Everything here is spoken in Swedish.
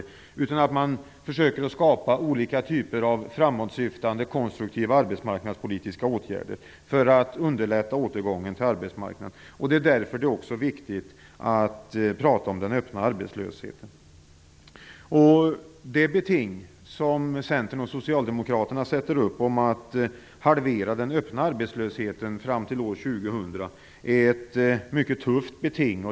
I stället skall man försöka skapa olika typer av framåtsyftande, konstruktiva arbetsmarknadspolitiska åtgärder för att underlätta återgången till arbetsmarknaden. Därför är det också viktigt att tala om den öppna arbetslösheten. Det beting som centern och socialdemokraterna sätter upp för att halvera den öppna arbetslösheten fram till år 2000 är mycket tufft.